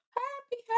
happy